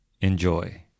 Enjoy